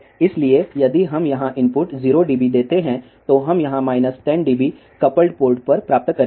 इसलिए यदि हम यहाँ इनपुट 0 dB देते हैं तो हम यहाँ 10 dB कपल्ड पोर्ट पर प्राप्त करेंगे